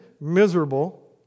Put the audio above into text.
miserable